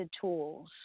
tools